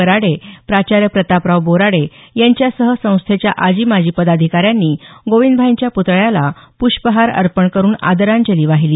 वराडे प्राचार्य प्रतापराव बोराडे यांच्यासह संस्थेच्या आजी माजी पदाधिकाऱ्यांनी गोविंदभाईंच्या पुतळ्याला पुष्पहार अर्पण करून आदरांजली वाहिली